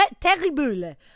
terrible